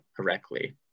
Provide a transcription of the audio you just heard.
correctly